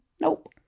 nope